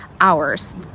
hours